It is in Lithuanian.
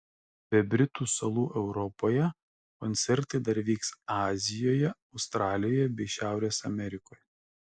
be britų salų europoje koncertai dar vyks azijoje australijoje bei šiaurės amerikoje